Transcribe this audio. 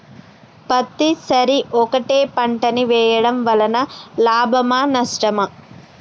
పత్తి సరి ఒకటే పంట ని వేయడం వలన లాభమా నష్టమా?